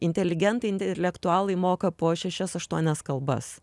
inteligentai intelektualai moka po šešias aštuonias kalbas